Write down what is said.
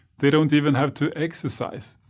they don't even have to exercise.